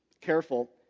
careful